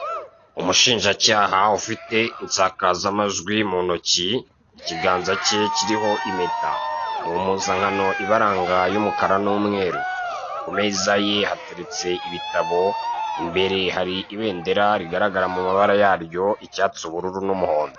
Umushinjacyaha ufite insakazamajwi mu ntoki ikiganza ke kiriho impeta. Mu mpuzankano ibaranga y'umukara n'umweru, ku meza ye hateretse ibitabo, imbere hari ibendera rigaragara mu mabara yaryo icyatsi, ubururu n'umuhondo.